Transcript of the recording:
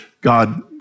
God